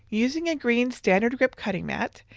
using a green standard grip cutting mat,